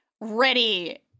ready